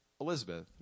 Elizabeth